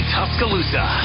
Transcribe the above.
Tuscaloosa